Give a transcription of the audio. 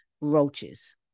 roaches